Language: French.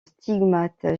stigmate